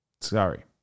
Sorry